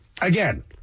Again